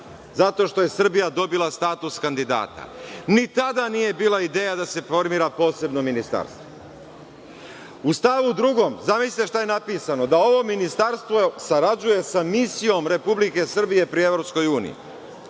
zato što je Srbija dobila status kandidata. Ni tada nije bila ideja da se formira posebno ministarstvo.U stavu 2. zamislite šta je napisano – da ovo ministarstvo sarađuje sa Misijom Republike Srbije pri Evropskoj uniji.